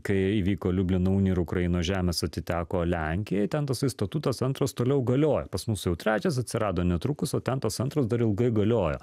kai įvyko liublino unija ir ukrainos žemės atiteko lenkijai ten tasai statutas antras toliau galioja pas mus jau trečias atsirado netrukus o ten tas antras dar ilgai galiojo